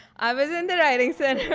i was in the writing center.